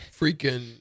freaking